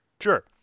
Sure